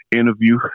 interview